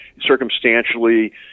circumstantially